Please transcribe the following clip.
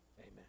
Amen